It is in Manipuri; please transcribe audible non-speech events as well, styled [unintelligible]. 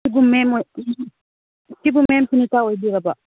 [unintelligible] ꯁꯤꯕꯨ ꯃꯦꯝ ꯁꯨꯅꯤꯇꯥ ꯑꯣꯏꯕꯤꯔꯕ꯭ꯔꯣ